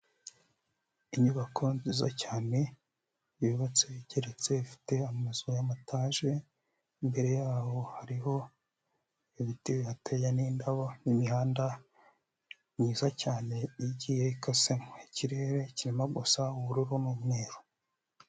Inyubako nziza cyane yubatse, igeretse ifite amazu y'amatage, imbere yaho hariho ibiti bihateye n'indabo, imihanda myiza cyane igiye ikasemo, Ikirere kirimo gusa ubururu n'umweru.